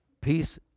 peace